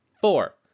Four